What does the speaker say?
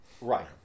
Right